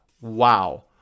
Wow